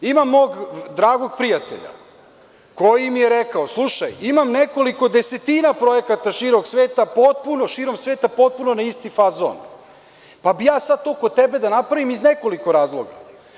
Imam mog dragog prijatelja koji mi je rekao – slušaj imam nekoliko desetina projekata širom sveta potpuno na isti fazon, pa bi ja sad tu kod tebe da napravim iz nekoliko razloga.